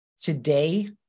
today